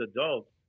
adults